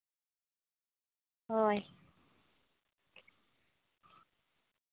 ᱦᱳᱭ